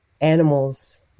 animals